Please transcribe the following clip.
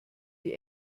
die